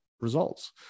results